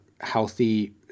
healthy